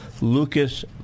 Lucas